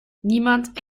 niemand